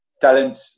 Talent